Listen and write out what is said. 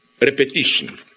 repetition